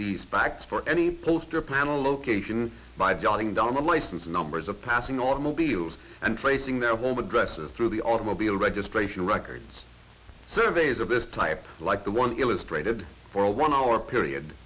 the facts for any poster plan a location by jotting down the license numbers of passing automobiles and tracing their home addresses through the automobile registration records surveys of this type like the one illustrated for a one hour period